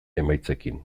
emaitzekin